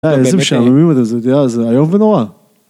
איזה משעמם זה, אתה יודע, זה איום ונורא